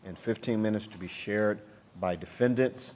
and fifteen minutes to be shared by defendants